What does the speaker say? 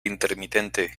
intermitente